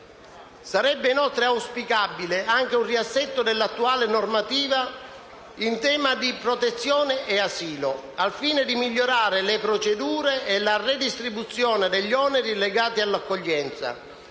Sarebbe inoltre auspicabile anche un riassetto dell'attuale normativa in tema di protezione e asilo, al fine di migliorare le procedure e la redistribuzione degli oneri legati all'accoglienza,